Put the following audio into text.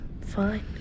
Fine